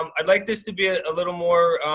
um i'd like this to be a little more,